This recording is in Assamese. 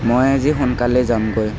মই আজি সোনকালে যামগৈ